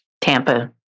Tampa